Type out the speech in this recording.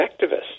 activists